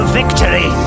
victory